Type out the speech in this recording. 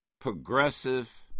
progressive